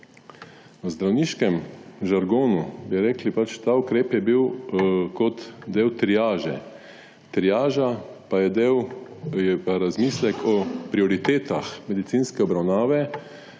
V zdravniškem žargonu bi rekli pač ta ukrep je bil kot del triaže. Triaža pa je pa razmislek o prioritetah medicinske obravnave